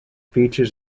features